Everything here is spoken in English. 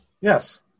Yes